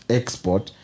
export